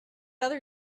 other